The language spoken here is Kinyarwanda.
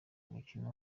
mukino